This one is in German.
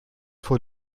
vor